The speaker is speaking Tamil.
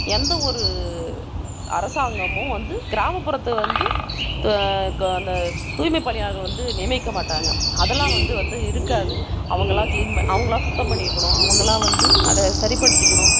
எந்த ஒரு அரசாங்கமும் வந்து கிராமப்புறத்தை வந்து அந்த தூய்மை பணியாளர்கள் வந்து நியமிக்க மாட்டாங்க அதெல்லாம் வந்து வந்து இருக்காது அவங்களா அவங்களா சுத்தம் பண்ணிக்கணும் அவங்களா வந்து அதை சரிப்படுத்திக்கணும்